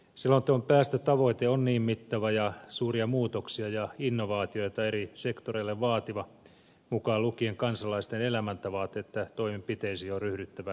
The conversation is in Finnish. selonteon päästötavoite on niin mittava ja suuria muutoksia ja innovaatioita eri sektoreille vaativa mukaan lukien kansalaisten elämäntavat että toimenpiteisiin on ryhdyttävä välittömästi